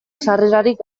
sarrerarik